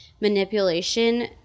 manipulation